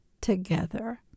together